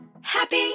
Happy